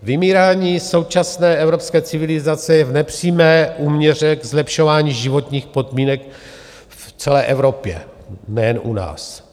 Vymírání současné evropské civilizace je v nepřímé úměře k zlepšování životních podmínek v celé Evropě, nejen u nás.